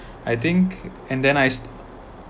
I think and then I stop